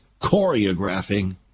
choreographing